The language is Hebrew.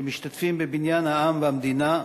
שמשתתפים בבניין העם והמדינה,